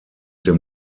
dem